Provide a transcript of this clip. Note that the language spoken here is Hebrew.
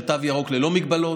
של תו ירוק ללא הגבלות.